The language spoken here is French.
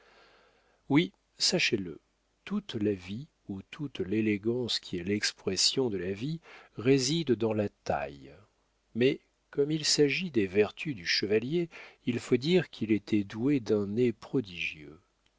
oui sachez-le toute la vie ou toute l'élégance qui est l'expression de la vie réside dans la taille mais comme il s'agit des vertus du chevalier il faut dire qu'il était doué d'un nez prodigieux